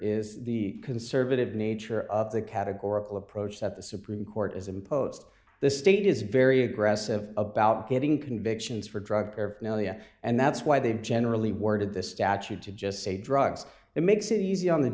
is the conservative nature of the categorical approach that the supreme court is imposed the state is very aggressive about getting convictions for drug paraphernalia and that's why they've generally worded this statute to just say drugs it makes it easy on the